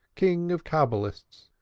king of cabalists,